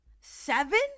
Seven